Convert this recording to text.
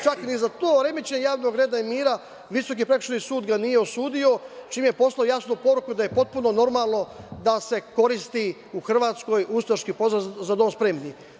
Čak ni za to remećenje javnog reda i mira Visoki prekršajni sud ga nije osudio, čime je poslao jasnu poruku da je potpuno normalno da se koristi u Hrvatskoj ustaški pozdrav „za dom spremni“